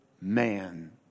man